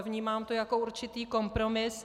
Vnímám to jako určitý kompromis.